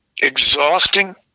exhausting